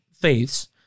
faiths